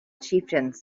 chieftains